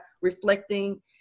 reflecting